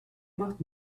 macht